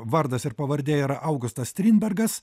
vardas ir pavardė yra augustas strindbergas